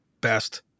best